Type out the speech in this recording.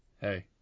Hey